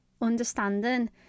understanding